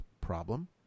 problem